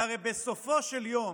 ובסופו של יום,